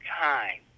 time